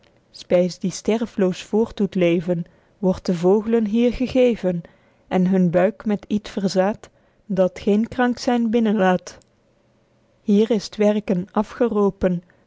sterfloos voort doet leven wordt de vooglen hier gegeven en hun buik met iet verzaed dat geen krank zyn binnen laet hier is t werken